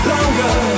Longer